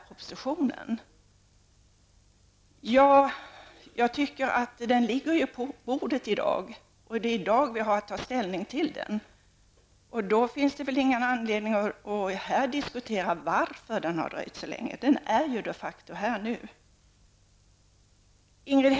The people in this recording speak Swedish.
Propositionen ligger ju på riksdagens bord i dag, och det är i dag som vi har att ta ställning till den. Då finns det väl ingen anledning att här diskutera varför den har dröjt så länge, den är ju de facto här nu.